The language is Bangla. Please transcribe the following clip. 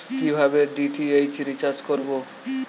কিভাবে ডি.টি.এইচ রিচার্জ করব?